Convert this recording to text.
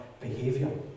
behavior